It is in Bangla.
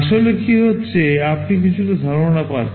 আসলে কী হচ্ছে আপনি কিছুটা ধারণা পাচ্ছেন